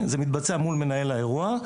זה מתבצע מול מנהל האירוע,